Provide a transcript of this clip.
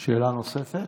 שאלה נוספת?